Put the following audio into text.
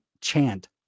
chant